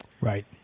Right